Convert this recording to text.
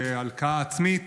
בהלקאה עצמית.